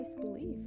belief